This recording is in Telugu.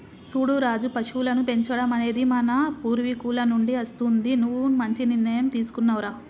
సూడు రాజు పశువులను పెంచడం అనేది మన పూర్వీకుల నుండి అస్తుంది నువ్వు మంచి నిర్ణయం తీసుకున్నావ్ రా